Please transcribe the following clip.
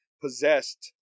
possessed